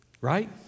Right